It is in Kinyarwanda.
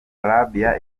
arabia